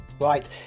Right